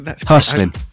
Hustling